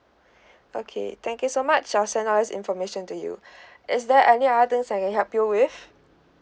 okay thank you so much I'll send out all information to you is there any others I can help you with